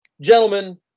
gentlemen